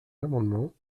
l’amendement